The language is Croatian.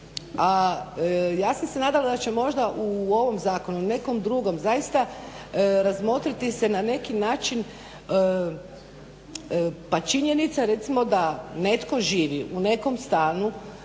Ja sam se nadala da će možda u ovom zakonu ili nekom drugom zaista razmotriti se na neki način pa činjenica recimo da netko živi u nekom stanu